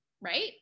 Right